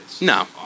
No